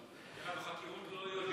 ריהוט הגן,